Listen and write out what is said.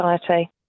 society